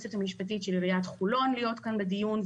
היועצת המשפטית של עיריית חולון להיות כאן בדיון,